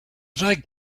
dike